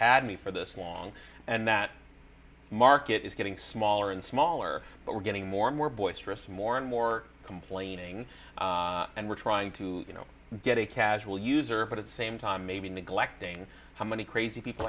had me for this long and that market is getting smaller and smaller but we're getting more and more boisterous more and more complaining and we're trying to get a casual user but at the same time maybe neglecting how many crazy people